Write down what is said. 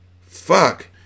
Fuck